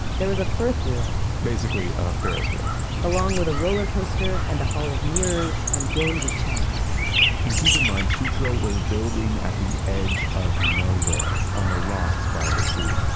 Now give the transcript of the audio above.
there was a firth wheel basically a ferris wheel along with a roller coaster and a hall of mirrors and games of chance and keep in mind, sutro was building at the edge of nowhere on the rocks by the sea,